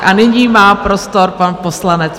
A nyní má prostor pan poslanec.